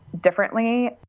differently